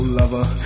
lover